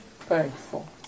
thankful